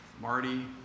Marty